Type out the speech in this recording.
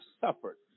suffered